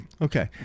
Okay